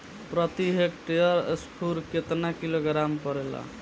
प्रति हेक्टेयर स्फूर केतना किलोग्राम परेला?